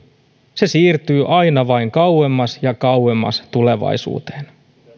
siirtyy aina vain kauemmas ja kauemmas tulevaisuuteen